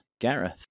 Gareth